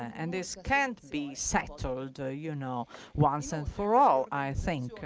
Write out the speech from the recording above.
and this can't be settled ah you know once and for all, i think.